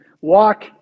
walk